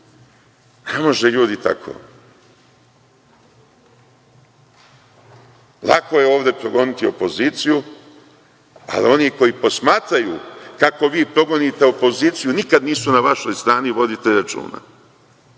Ne može ljudi tako. Lako je ovde progoniti opoziciju, ali oni koji posmatraju kako vi progonite opoziciju nikad nisu na vašoj strani, vodite računa.